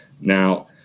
Now